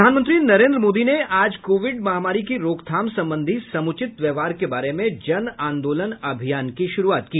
प्रधानमंत्री नरेन्द्र मोदी ने आज कोविड महामारी की रोकथाम संबंधी समुचित व्यवहार के बारे में जन आंदोलन अभियान की शुरूआत की